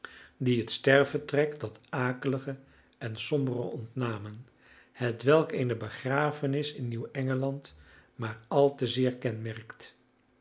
die het sterfvertrek dat akelige en sombere ontnamen hetwelk eene begrafenis in nieuw engeland maar al te zeer kenmerkt